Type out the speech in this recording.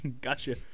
Gotcha